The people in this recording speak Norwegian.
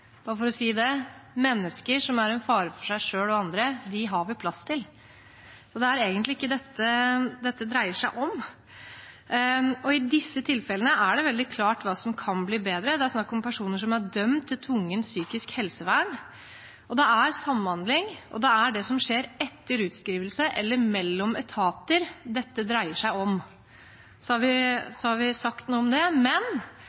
mennesker som er en fare for seg selv og andre, har vi plass til. Det er egentlig ikke det dette dreier seg om. I disse tilfellene er det veldig klart hva som kan bli bedre. Det er snakk om personer som er dømt til tvungent psykisk helsevern. Det er samhandling og det som skjer etter utskriving eller mellom etater, dette dreier seg om. Så har vi sagt noe om det. Men